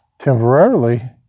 temporarily